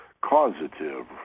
causative